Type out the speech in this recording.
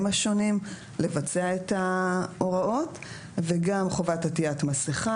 השונים לבצע את ההוראות וגם חובת עטיית מסכה